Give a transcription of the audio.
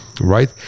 right